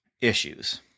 issues